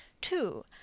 Two